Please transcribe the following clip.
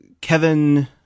Kevin